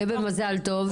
שיהיה במזל טוב.